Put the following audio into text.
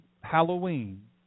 Halloween